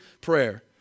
prayer